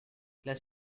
las